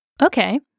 Okay